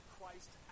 Christ